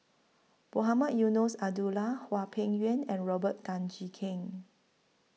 Mohamed Eunos Abdullah Hwang Peng Yuan and Robert Tan Jee Keng